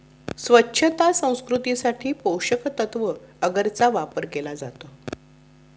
स्वच्छता संस्कृतीसाठी पोषकतत्त्व अगरचा वापर केला जातो